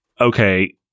okay